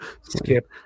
skip